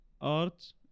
art